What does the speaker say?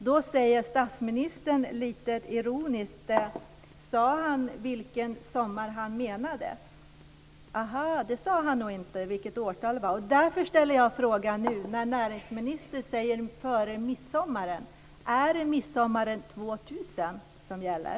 Då undrade statsministern lite ironiskt vilken sommar han menade. Aha, han sade inte vilket årtal det var. Därför undrar jag när näringsministern säger före midsommar om det är midsommar år 2000 som gäller.